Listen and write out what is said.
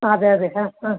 അതെ അതെ ആ ആ